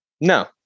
No